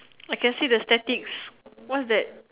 I can see the statics what's that